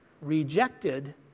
rejected